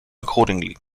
accordingly